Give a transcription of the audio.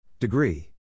Degree